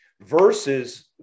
versus